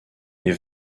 les